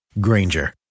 Granger